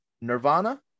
Nirvana